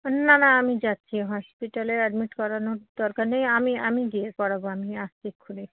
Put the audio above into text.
না না আমি যাচ্ছি হসপিটালে অ্যাডমিট করানোর দরকার নেই আমি আমি গিয়ে করাব আমি আসছি এক্ষুনি